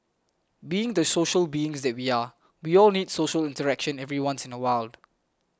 being the social beings that we are we all need social interaction every once in a while